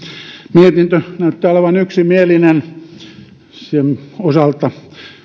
mietintö näyttää olevan yksimielinen sen osalta